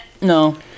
No